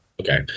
Okay